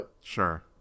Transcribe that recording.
Sure